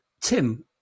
Tim